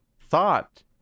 Thought